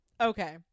okay